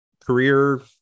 career